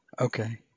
Okay